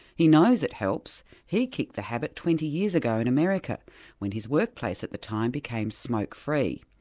he knows it helps, he kicked the habit twenty years ago in america when his workplace at the time became smoke free.